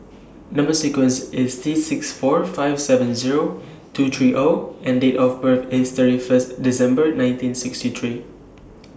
Number sequence IS T six four five seven Zero two three O and Date of birth IS thirty First December nineteen sixty three